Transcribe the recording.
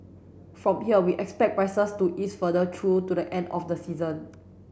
from here we expect prices to ease further through to the end of the season